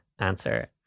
answer